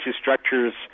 structures